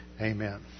Amen